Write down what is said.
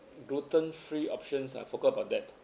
gluten free options I forgot about that